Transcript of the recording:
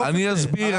אסביר.